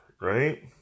right